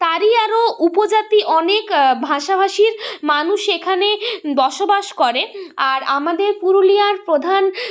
তারই আরো উপজাতি অনেক ভাষাভাষীর মানুষ সেখানে বসবাস করে আর আমাদের পুরুলিয়ার প্রধান